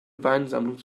weinsammlung